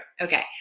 Okay